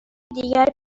دیگر